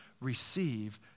receive